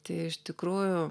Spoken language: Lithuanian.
tai iš tikrųjų